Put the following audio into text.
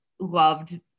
loved